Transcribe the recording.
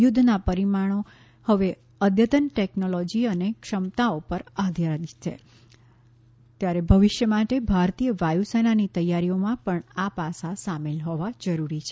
યુદ્ધના પરિમાણો હવે અદ્યતન ટેકનોલોજી અને ક્ષમતાઓ પર આધારિત છે ત્યારે ભવિષ્ય માટે ભારતીય વાયુસેનાની તૈયારીઓમાં આ પાસાં શામેલ હોવા જરૂરી છે